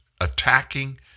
attacking